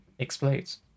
Explodes